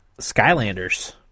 Skylanders